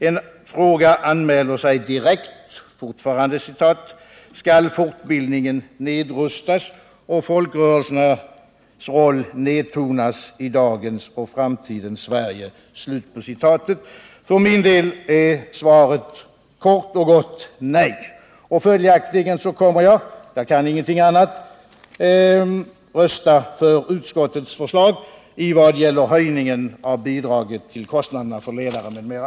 En fråga anmälde sig direkt: Skall folkbildningen nedrustas och folkrörelsernas roll nedtonas i dagens och framtidens Sverigg” För min del är svaret kort och gott: Nej! Följaktligen kommer jag — jag kan ingenting annat — att rösta för utskottets förslag när det gäller höjningen av bidraget till kostnaderna för ledare m.m.